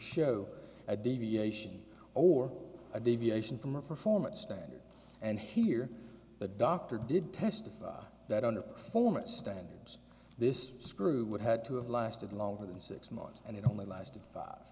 show a deviation or a deviation from a performance standard and here the doctor did testify that under the former standards this screw would had to have lasted longer than six months and it only lasted five